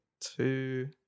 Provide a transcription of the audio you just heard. two